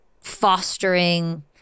fostering